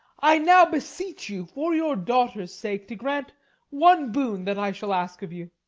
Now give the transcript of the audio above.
i now beseech you, for your daughter's sake, to grant one boon that i shall ask of you.